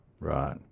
Right